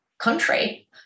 country